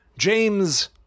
James